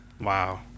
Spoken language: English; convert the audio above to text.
Wow